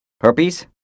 herpes